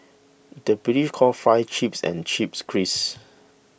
the British calls Fries Chips and Chips Crisps